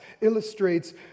illustrates